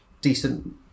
decent